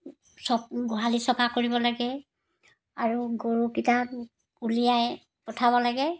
চফ গোহালি চাফা কৰিব লাগে আৰু গৰুকেইটা উলিয়াই পঠাব লাগে